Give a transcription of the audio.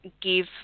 give